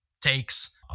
takes